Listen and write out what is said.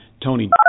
Tony